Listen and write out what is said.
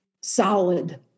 solid